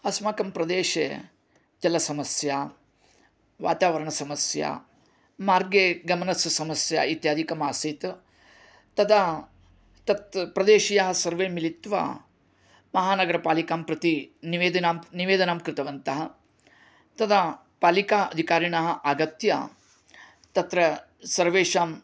अस्माकं प्रदेशे जलसमस्या वातावरणसमस्या मार्गे गमनस्य समस्या इत्यादिकम् आसीत् तदा तत् प्रदेशियाः सर्वे मिलित्वा महानगरपालिकां प्रति निवेदनं निवेदनं कृतवन्तः तदा पालिका अधिकारिणः आगत्य तत्र सर्वेषाम्